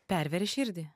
perveria širdį